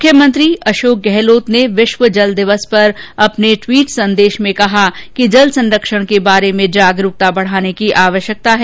मुख्यमंत्री अशोक गहलोत ने विश्व जल दिवस पर ट्वीट संदेश में कहा कि जल संरक्षण के बारे में जागरूकता बढ़ाने की आवश्यकता है